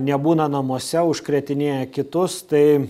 nebūna namuose užkrėtinėja kitus tai